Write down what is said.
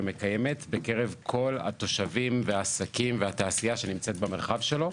מקיימת בקרב כל התושבים והעסקים והתעשייה שנמצאת במרחב שלו.